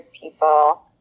people